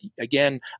again